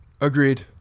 Agreed